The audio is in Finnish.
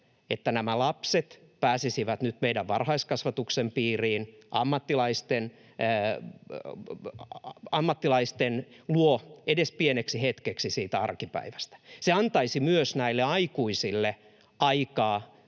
että nämä lapset pääsisivät nyt meidän varhaiskasvatuksen piiriin, ammattilaisten luo edes pieneksi hetkeksi siitä arkipäivästä. Se antaisi myös näille aikuisille aikaa